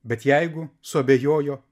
bet jeigu suabejojo